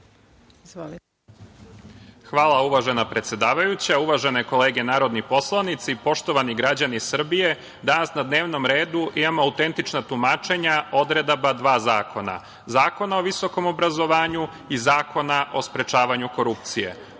Hvala, uvažena predsedavajuća. Uvažene kolege narodni poslanici, poštovani građani Srbije, danas na dnevnom redu imamo autentična tumačenja odredaba dva zakona – Zakona o visokom obrazovanju i Zakona o sprečavanju korupcije.